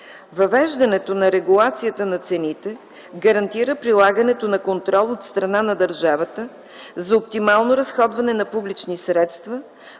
Въвеждането на регулацията на цените гарантира прилагането на контрол от страна на държавата за оптимално разходване на публични средства,